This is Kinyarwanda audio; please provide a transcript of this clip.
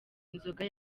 inzoga